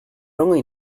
only